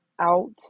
out